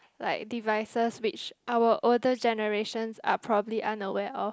like devices which our older generations are probably unaware of